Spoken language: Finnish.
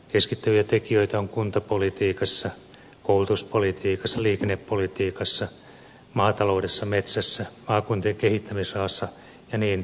keskittäviä tekijöitä on kuntapolitiikassa koulutuspolitiikassa liikennepolitiikassa maataloudessa metsässä maakuntien kehittämisrahassa ja niin edelleen